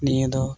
ᱱᱤᱭᱟᱹ ᱫᱚ